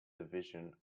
division